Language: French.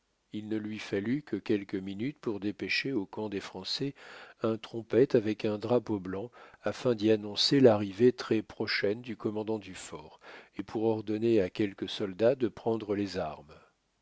il ne lui fallut que quelques minutes pour dépêcher au camp des français un trompette avec un drapeau blanc afin d'y annoncer l'arrivée très prochaine du commandant du fort et pour ordonner à quelques soldats de prendre les armes